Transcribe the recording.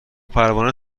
پروانه